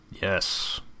Yes